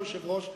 היושב-ראש,